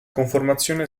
conformazione